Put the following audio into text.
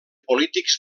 polítics